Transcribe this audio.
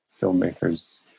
filmmakers